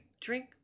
drink